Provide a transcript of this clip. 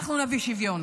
אנחנו נביא שוויון.